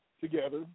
together